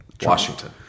Washington